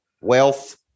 wealth